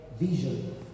vision